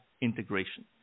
integration